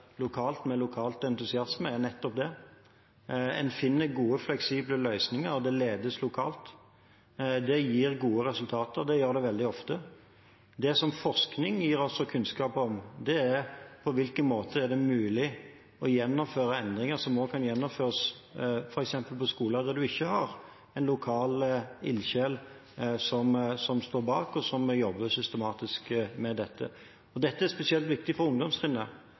lokalt med lokal entusiasme, er nettopp det. En finner gode, fleksible løsninger, og det ledes lokalt. Det gir veldig ofte gode resultater. Det som forskning gir oss kunnskap om, er på hvilken måte det er mulig å gjennomføre endringer som også kan gjennomføres f.eks. på skoler der en ikke har en lokal ildsjel som står bak, og som jobber systematisk med dette. Dette er spesielt viktig for ungdomstrinnet.